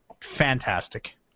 fantastic